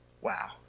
wow